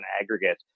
aggregate